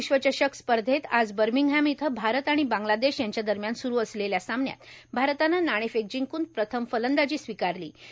विश्व चषक स्पर्धेत आज बर्मिंगहॅम इथं भारत आणि बांगलादेश यांच्या दरम्यान सुरू असलेल्या सामन्यात भारतानं नाणेफेक जिंकून प्रथम फलंदाजी स्वीकारली आहे